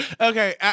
okay